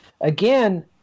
again